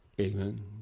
Amen